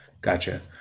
Gotcha